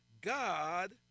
God